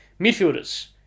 Midfielders